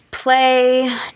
play